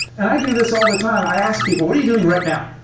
and i do this all the time, i ask people, what are you doing right now?